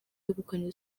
yegukanye